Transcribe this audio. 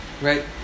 right